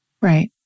Right